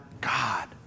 God